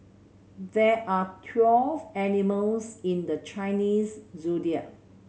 there are twelve animals in the Chinese Zodiac